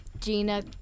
Gina